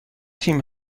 تیم